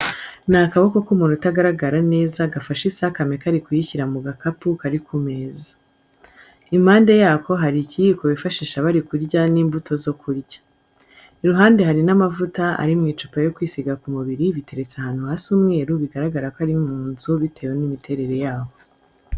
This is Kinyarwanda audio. Ni akaboko k'umuntu utagaragara neza gafashe isakame kari kuyishyira mu gakapu kari ku meza. Impande yako hari ikiyiko bifashisha bari kurya n'imbuto zo kurya. Iruhande hari n'amavuta ari mu icupa yo kwisiga ku mubiri biteretse ahantu hasa umweru bigaragara ko ari mu nzu bitewe n'imiterere yaho.